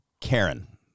Karen